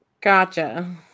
gotcha